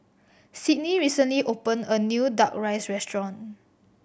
Sydnie recently opened a new Duck Rice restaurant